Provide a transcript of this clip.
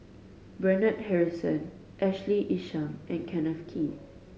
Bernard Harrison Ashley Isham and Kenneth Kee